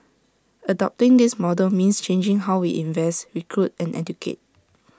adopting this model means changing how we invest recruit and educate